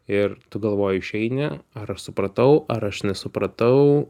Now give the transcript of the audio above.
ir tu galvoji išeini ar aš supratau ar aš nesupratau